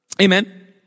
Amen